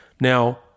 now